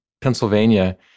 Pennsylvania